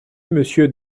monsieur